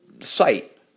site